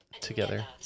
together